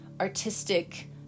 artistic